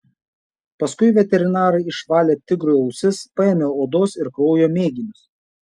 paskui veterinarai išvalė tigrui ausis paėmė odos ir kraujo mėginius